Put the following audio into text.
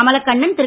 Kamalakannan Thiru